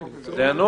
כן, זה הנוהל.